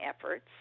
efforts